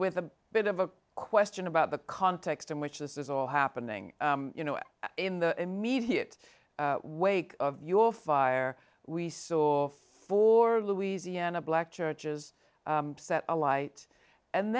with a bit of a question about the context in which this is all happening you know in the immediate wake of your fire we saw for louisiana black churches set alight and